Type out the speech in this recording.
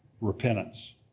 repentance